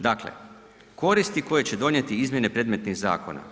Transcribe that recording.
Dakle, koristi koje će donijeti izmjene predmetnih zakona.